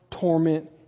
torment